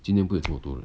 今天不会又这么多人